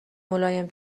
ملایم